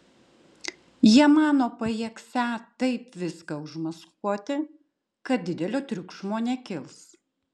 jie mano pajėgsią taip viską užmaskuoti kad didelio triukšmo nekils